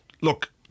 look